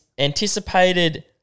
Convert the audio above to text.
Anticipated